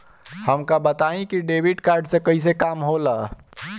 हमका बताई कि डेबिट कार्ड से कईसे काम होला?